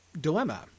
dilemma